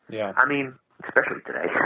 yeah i mean especially today,